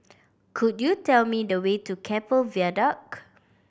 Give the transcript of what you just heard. could you tell me the way to Keppel Viaduct